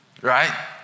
right